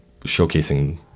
showcasing